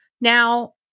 Now